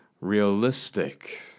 realistic